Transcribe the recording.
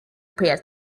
pits